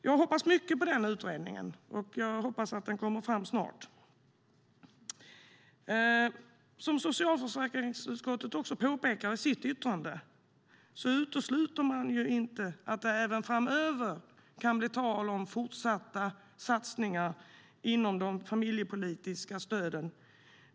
Jag hoppas mycket på den utredningen och hoppas att den kommer fram snart. Som socialförsäkringsutskottet också påpekar i sitt yttrande utesluter man inte att det även framöver kan bli tal om fortsatta satsningar inom de familjepolitiska stöden.